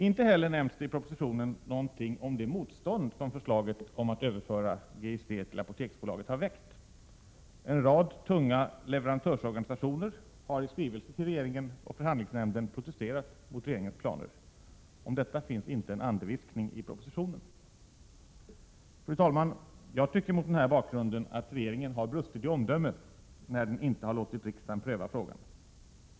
Inte heller nämns i propositionen något om det motstånd som förslaget om att överföra GIC till Apoteksbolaget har väckt. En rad tunga leverantörsorganisationer har i skrivelser till regeringen och förhandlingsnämnden protesterat mot regeringens planer. Om detta finns inte en andeviskning i propositionen. Fru talman! Jag tycker mot den här bakgrunden att regeringen har brustit i omdöme när den inte låtit riksdagen pröva frågan.